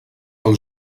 pel